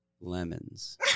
Lemons